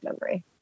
memory